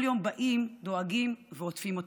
כל יום באים, דואגים ועוטפים אותה.